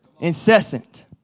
incessant